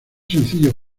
sencillo